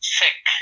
sick